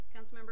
councilmember